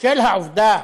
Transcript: בשל העובדה